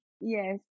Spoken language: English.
Yes